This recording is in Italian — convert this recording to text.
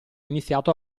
iniziato